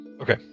okay